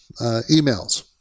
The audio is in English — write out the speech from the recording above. emails